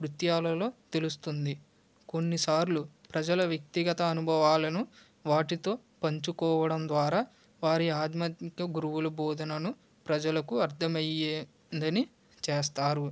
కృత్యాలలో తెలుస్తుంది కొన్నిసార్లు ప్రజల వ్యక్తిగత అనుభవాలను వాటితో పంచుకోవడం ద్వారా వారి ఆధ్యాత్మిక గురువుల బోధనలను ప్రజలకు అర్థమయ్యేదని చేస్తారు